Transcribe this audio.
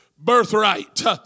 birthright